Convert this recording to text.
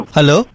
Hello